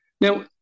Now